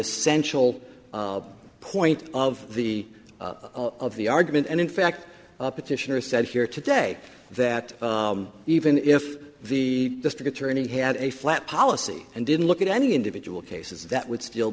essential point of the of the argument and in fact petitioners said here today that even if the district attorney had a flat policy and didn't look at any individual cases that would still